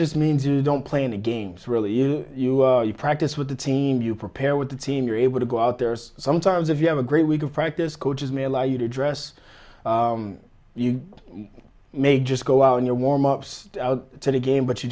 just means you don't play in the games really if you you practice with the team you prepare with the team you're able to go out there sometimes if you have a great week of practice coaches may allow you to dress you may just go out in your warm ups to the game but you